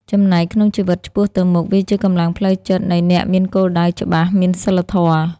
ចំណែកក្នុងជីវិតឆ្ពោះទៅមុខ វាជាកម្លាំងផ្លូវចិត្តនៃអ្នកមានគោលដៅច្បាស់ មានសីលធម៌។